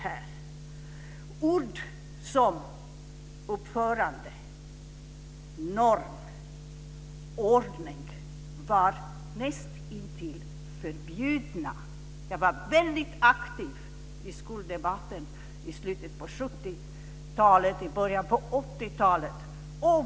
Sådana ord som uppförande, norm och ordning var nästintill förbjudna. Jag var väldigt aktiv i skoldebatten i slutet av 70-talet och i början av 80-talet.